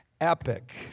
epic